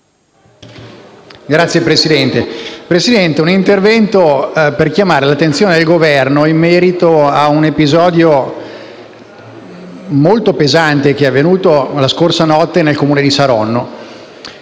Signor Presidente, con il mio intervento vorrei richiamare l'attenzione del Governo in merito ad un episodio molto grave che è avvenuto la scorsa notte nel Comune di Saronno.